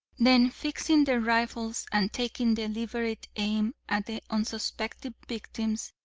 then fixing their rifles and taking deliberate aim at the unsuspecting victims,